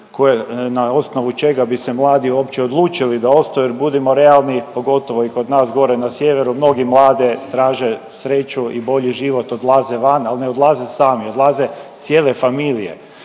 na osnovu čega bi se mladi uopće odlučili da ostaju jer budimo realni, pogotovo i kod nas gore na sjeveru, mnogi mladi traže sreću i bolji život, odlaze van, al ne odlaze sami, odlaze cijele familije